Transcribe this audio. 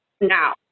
now